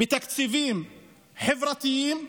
בתקציבים חברתיים,